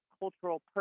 cultural